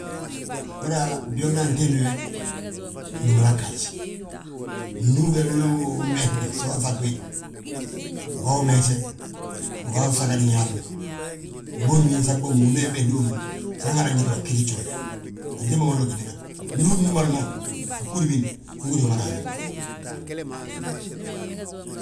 Uhúra byooŋna antimbi be, unúmalaa ggaaj. Ndu ugí yaa wili wi umbende so uŧag wi, uga wi meesed. Ugaa wi sagad Ñaali ma, uboonji ma insag bómmu, wi ma inbesndi bommu, san Haala ngiti gi a ggíti gjoole. Antimbi mada wi gitina ndu uu nnúmali mo, a bgúudi biindi ma, ungiti wi ma raaman.